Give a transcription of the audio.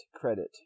credit